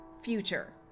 future